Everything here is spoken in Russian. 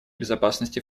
безопасности